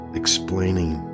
explaining